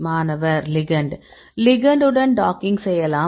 மாணவர் லிகெண்டு லிகெண்டு உடன் டாக்கிங் செய்யலாம்